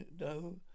No